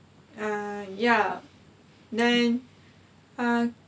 err ya then err